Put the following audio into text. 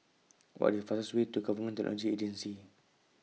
What IS fastest Way to Government Agency